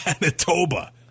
Manitoba